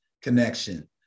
connection